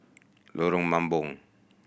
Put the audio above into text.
Lorong Mambong